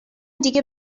دیگه